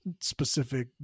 specific